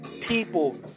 People